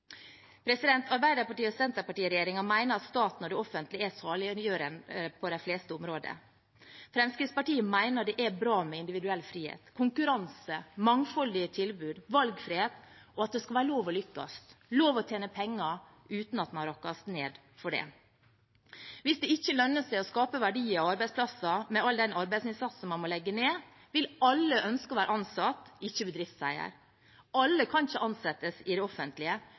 at staten og det offentlige er saliggjørende på de fleste områder. Fremskrittspartiet mener det er bra med individuell frihet, konkurranse, mangfold i tilbud, valgfrihet og at det skal være lov å lykkes, lov å tjene penger, uten at man rakkes ned på for det. Hvis det ikke lønner seg å skape verdier og arbeidsplasser med all den arbeidsinnsatsen man må legge ned, vil alle ønske å være ansatt, og ikke bedriftseier. Alle kan ikke ansettes i det offentlige,